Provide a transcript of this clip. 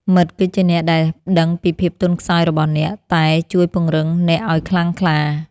មិត្តគឺជាអ្នកដែលដឹងពីភាពទន់ខ្សោយរបស់អ្នក តែជួយពង្រឹងអ្នកឱ្យខ្លាំងក្លា។